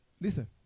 Listen